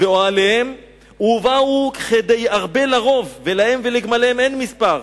ואוהליהם ובאו כדי ארבה לרוב ולהם ולגמליהם אין מספר,